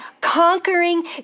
conquering